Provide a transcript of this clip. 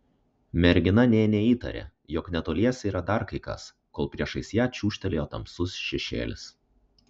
mergina nė neįtarė jog netoliese yra dar kai kas kol priešais ją čiūžtelėjo tamsus šešėlis